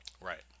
Right